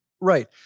Right